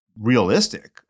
Realistic